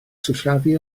sillafu